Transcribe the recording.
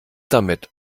damit